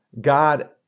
God